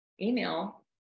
email